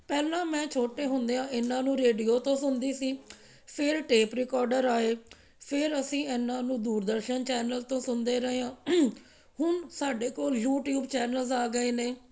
ਪਹਿਲਾਂ ਮੈਂ ਛੋਟੇ ਹੁੰਦਿਆਂ ਇਹਨਾਂ ਨੂੰ ਰੇਡੀਓ ਤੋਂ ਸੁਣਦੀ ਸੀ ਫਿਰ ਟੇਪ ਰਿਕੋਡਰ ਆਏ ਫਿਰ ਅਸੀਂ ਇਹਨਾਂ ਨੂੰ ਦੂਰਦਰਸ਼ਨ ਚੈਨਲ ਤੋਂ ਸੁਣਦੇ ਰਹੇ ਹਾਂ ਹੁਣ ਸਾਡੇ ਕੋਲ ਯੂਟਿਊਬ ਚੈਨਲਜ ਆ ਗਏ ਨੇ